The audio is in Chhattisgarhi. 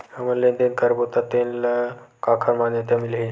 हमन लेन देन करबो त तेन ल काखर मान्यता मिलही?